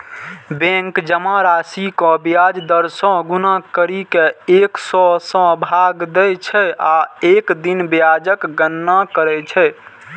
bank जमा राशि कें ब्याज दर सं गुना करि कें एक सय सं भाग दै छै आ एक दिन ब्याजक गणना करै छै